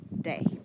Day